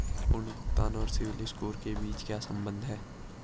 पुनर्भुगतान और CIBIL score के बीच क्या संबंध है?